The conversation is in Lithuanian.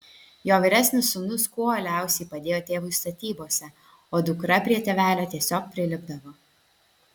jo vyresnis sūnus kuo uoliausiai padėjo tėvui statybose o dukra prie tėvelio tiesiog prilipdavo